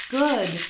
good